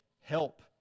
help